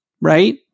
right